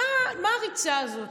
הריצה הזאת